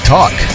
Talk